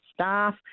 staff